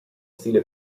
stile